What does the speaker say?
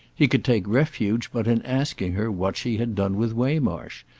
he could take refuge but in asking her what she had done with waymarsh,